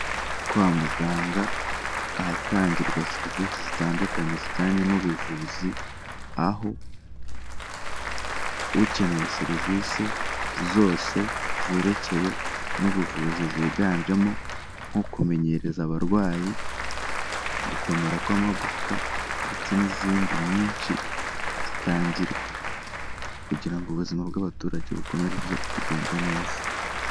Kwa muganga ahatangirwa serivisi zitandukanye zijyanye n'ubuvuzi, aho ukeneye serivisi zose zerekeye n'ubuvuzi ziganjemo nko kumenyereza abarwayi gukomera kw'amagufwa ndetse n'izindi nyinshi zitangirwa kugira ubuzima bw'abaturage bukomeze kugenda neza.